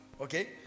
okay